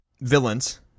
villains